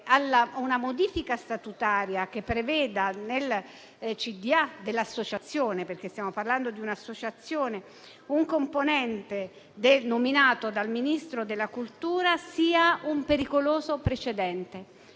una modifica statutaria che preveda nel consiglio di amministrazione dell'associazione (perché stiamo parlando di un'associazione) un componente nominato dal Ministro della cultura sia un pericoloso precedente,